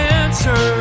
answer